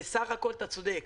בסך הכול אתה צודק.